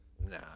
nah